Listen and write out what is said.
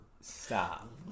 Stop